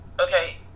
okay